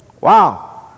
Wow